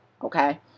Okay